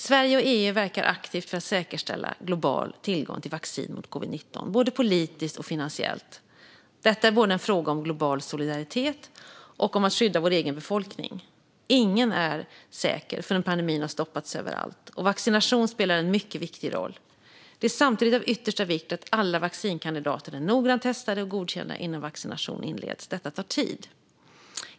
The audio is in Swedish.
Sverige och EU verkar aktivt för att säkerställa global tillgång till vaccin mot covid-19, både politiskt och finansiellt. Detta är en fråga både om global solidaritet och om att skydda vår egen befolkning - ingen är säker förrän pandemin har stoppats överallt, och vaccination spelar en mycket viktig roll. Det är samtidigt av yttersta vikt att alla vaccinkandidater är noggrant testade och godkända innan vaccination inleds, och detta tar tid.